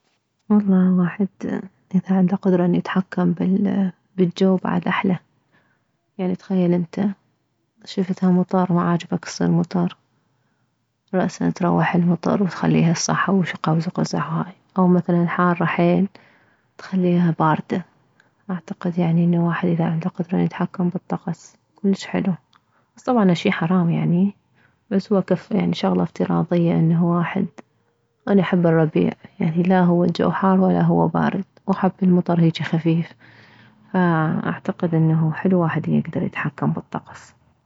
والله ااحد اذا عنده القدرة انه يتحكم بالجو بعد احلى يعني تخيل انت شفتها مطر ما عاجبك تصير مطر رأسا تروح المطر تخليها تصحو وهيج قوس وقزح وهاي او مثلا حارة حيل تخليها باردة اعتقد يعني انه واحد اذا عنده قدرة انه يتحكم بالطقس كلش حلو بس طبعا هالشي حرام يعني بس هو كشغلة افتراضية انه واحد اني احب الربيع يعني لاهو الجو حار ولا هو بارد واحب المطر هيجي خفيف فاعتقد حلو انه واحد يكدر يتحكم بالطقس